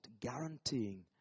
guaranteeing